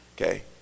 okay